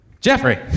Jeffrey